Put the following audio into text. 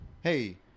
Hey